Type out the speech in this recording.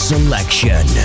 Selection